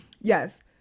Yes